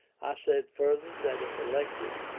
i said further, that if elected,